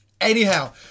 Anyhow